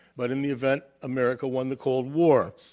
but, in the event, america won the cold war.